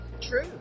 True